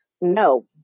no